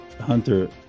Hunter